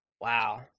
Wow